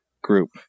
group